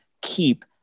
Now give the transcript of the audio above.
keep